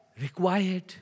required